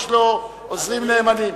יש לו עוזרים נאמנים.